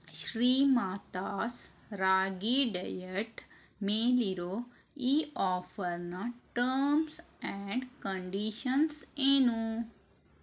ಶ್ರೀಮಾತಾಸ್ Ragi diet ಮೇಲಿರೋ ಈ ಆಫರ್ನ ಟರ್ಮ್ಸ್ ಆ್ಯಂಡ್ ಕಂಡೀಷನ್ಸ್ ಏನು